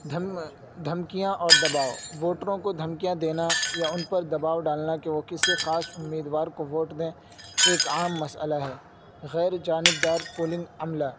دھم دھمکیاں اور دباؤ ووٹروں کو دھمکیاں دینا یا ان پر دباؤ ڈالنا کہ وہ کسی خاص امیدوار کو ووٹ دیں ایک عام مسئلہ ہے غیر جانب دار پولنگ عملہ